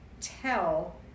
tell